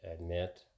admit